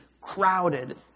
crowded